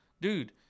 dude